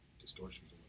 distortions